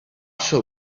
shall